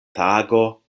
tago